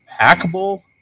packable